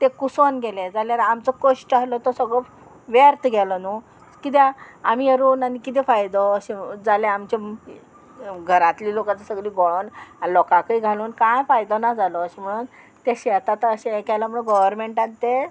तें कुसोन गेलें जाल्यार आमचो कश्ट आहलो तो सगळो व्यर्थ गेलो न्हू कित्याक आमी हें रोवन आनी कितें फायदो अशें जालें आमचें घरांतले लोक आतां सगळीं घोळोन लोकांकय घालून कांय फायदो ना जालो अशें म्हणोन तें शेत आतां अशें केलां म्हणून गोवोरमेंटान तें